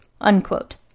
unquote